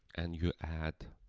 and you add